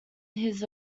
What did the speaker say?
his